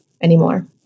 anymore